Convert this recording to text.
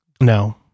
No